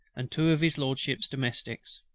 and two of his lordship's domestics.